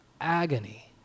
agony